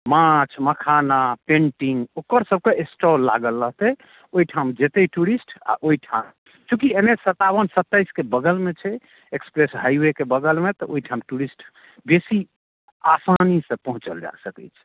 माछ मखाना पेंटिङ्ग ओकर सबके स्टॉल लागल रहतै ओहिठाम जेतै टूरिस्ट आ ओहि ठाँ चूँकि एन एच सत्तावन सत्ताइस के बगलमे छै एक्सप्रेस हाईवेके बगलमे तऽ ओहिठाम टूरिस्ट बेसी आसानीसँ पहुँचल जा सकैत छै